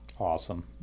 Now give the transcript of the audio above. Awesome